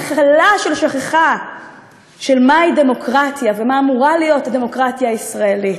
מחלה של שכחה של מהי דמוקרטיה ומה אמורה להיות הדמוקרטיה הישראלית.